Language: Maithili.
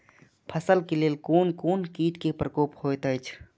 फसल के लेल कोन कोन किट के प्रकोप होयत अछि?